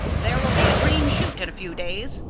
there will be a green shoot in a few days,